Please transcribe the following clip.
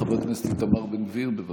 חבר הכנסת איתמר בן גביר, בבקשה.